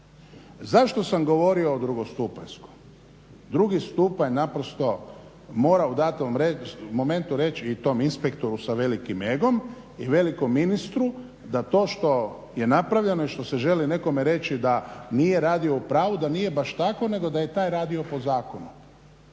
Zašto sam govorio o drugostupanjskom? Drugi stupanj naprosto mora u datom momentu reći i tom inspektoru sa velikim egom i velikom ministru da to što je napravljeno i što se želi nekome reći da nije radio u pravu, da nije baš tako nego da je taj radio po zakonu